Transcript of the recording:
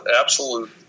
absolute